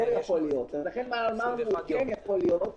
אם הממשלה אומרת: תפתחו את האולמות בעוד שלושה חודשים,